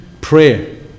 prayer